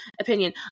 opinion